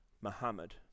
Muhammad